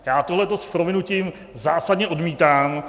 Já tohle s prominutím zásadně odmítám.